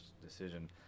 decision